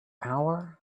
hour